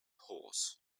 horse